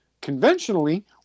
conventionally